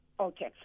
Okay